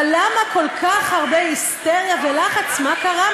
אבל למה כל כך הרבה היסטריה ולחץ, מה קרה?